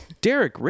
Derek